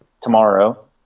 tomorrow